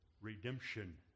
redemption